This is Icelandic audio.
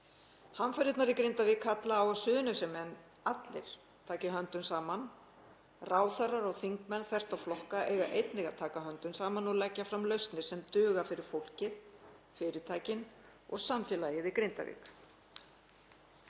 Hamfarirnar í Grindavík kalla á að Suðurnesjamenn allir taki höndum saman. Ráðherrar og þingmenn þvert á flokka eiga einnig að taka höndum saman og leggja fram lausnir sem duga fyrir fólkið, fyrirtækin og samfélagið í Grindavík.